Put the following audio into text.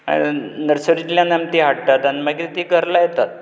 नर्सरींतल्यान आमी तीं हाडटात आनी मागीर तीं घरा लायतात